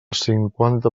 cinquanta